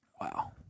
Wow